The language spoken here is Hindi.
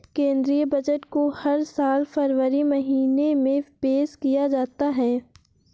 केंद्रीय बजट को हर साल फरवरी महीने में पेश किया जाता है